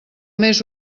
més